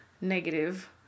negative